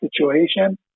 situation